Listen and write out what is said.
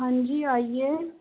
हाँ जी आइये